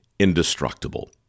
Indestructible